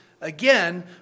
again